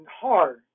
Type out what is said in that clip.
hard